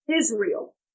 Israel